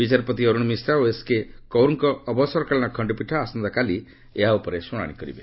ବିଚାରପତି ଅରୁଣ ମିଶ୍ରା ଓ ଏସ୍କେ କୌରଙ୍କ ଅବସରକାଳୀନ ଖଣ୍ଡପୀଠ ଆସନ୍ତାକାଲି ଏହା ଉପରେ ଶ୍ରଣାଣି କରିବେ